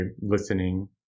listening